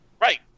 Right